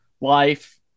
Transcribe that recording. life